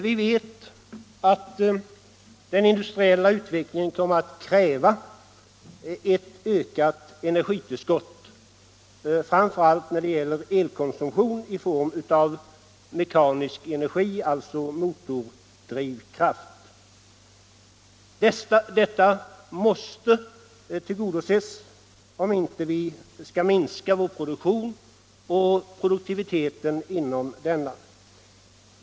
Vi vet att den industriella utvecklingen kommer att kräva ett ökat energitillskott framför allt när det gäller elkonsumtion i form av mekanisk energi, alltså motordrivkraft. Detta behov måste tillgodoses, om vi inte skall minska vår produktion och produktiviteten inom denna.